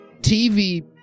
TV